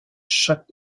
chaque